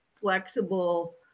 flexible